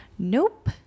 Nope